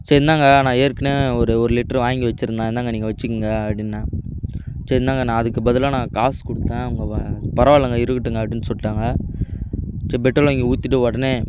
சரி இந்தாங்க நான் ஏற்கனவே ஒரு ஒரு லிட்டரு வாங்கி வச்சுருந்தேன் இந்தாங்க நீங்கள் வச்சுக்குங்க அப்படின்னாங்க சரி இந்தாங்க நான் அதுக்குப் பதிலாக நான் காசு கொடுத்தேன் அவங்க வா பரவாயில்லங்க இருக்கட்டுங்க அப்படின்னு சொல்லிட்டாங்க சரி பெட்ரோல் வாங்கி ஊற்றிட்டு உடனே